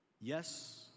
Yes